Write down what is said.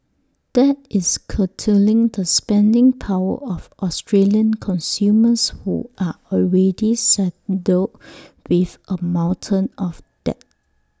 that is curtailing the spending power of Australian consumers who are already saddled with A mountain of debt